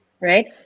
right